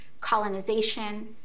colonization